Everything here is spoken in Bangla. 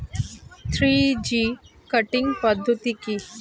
থ্রি জি কাটিং পদ্ধতি কি?